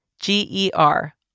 G-E-R